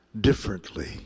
differently